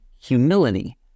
humility